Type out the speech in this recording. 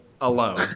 alone